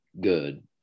good